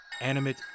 animate